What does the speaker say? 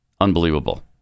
Unbelievable